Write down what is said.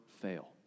fail